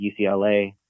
UCLA